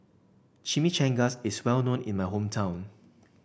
Chimichangas is well known in my hometown